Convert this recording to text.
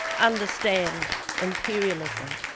understand imperialism,